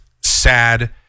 sad